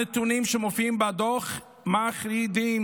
הנתונים שמופיעים בדוח מחרידים,